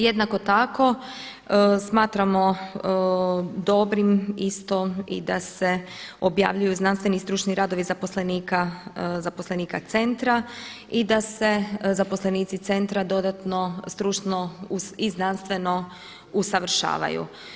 Jednako tako smatramo dobrim isto i da se objavljuju znanstveni i stručni radovi zaposlenika centra i da se zaposlenici centra dodatno stručno i znanstveno usavršavaju.